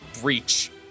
breach